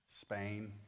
Spain